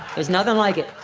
there's nothing like it